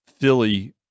Philly